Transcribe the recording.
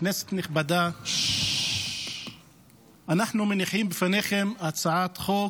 כנסת נכבדה, אנחנו מניחים בפניכם הצעת חוק